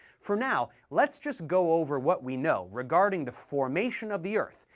for now let's just go over what we know regarding the formation of the earth,